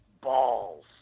balls